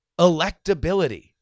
electability